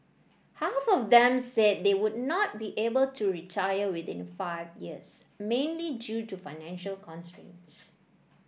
half of them said they would not be able to retire within five years mainly due to financial constraints